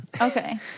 Okay